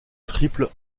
triple